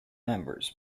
members